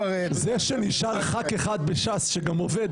זה שנשאר חבר כנסת אחד בש"ס שגם עובד,